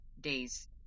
days